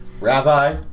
rabbi